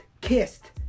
kissed